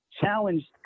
challenged